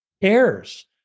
cares